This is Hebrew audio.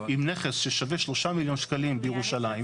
עם נכס ששווה 3,000,000 שקלים בירושלים.